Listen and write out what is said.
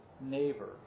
neighbor